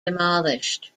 demolished